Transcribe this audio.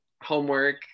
homework